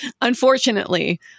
Unfortunately